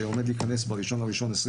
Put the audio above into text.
שעומד להיכנס ב-1.1.2022,